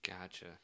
Gotcha